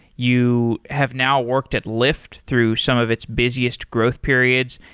you have now worked at lyft through some of its busiest growth periods,